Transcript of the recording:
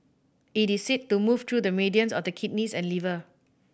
it is said to move through the meridians of the kidneys and liver